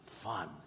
fun